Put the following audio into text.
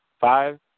five